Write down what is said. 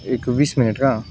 एक वीस मिनिट का